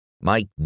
Mike